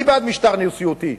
אני בעד משטר נשיאותי,